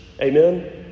Amen